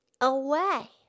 away